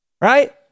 Right